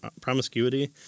promiscuity